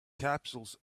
capsules